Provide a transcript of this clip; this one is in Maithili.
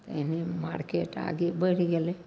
तऽ एनाहिमे मार्केट आगे बढ़ि गेलै